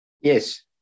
Yes